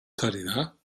karina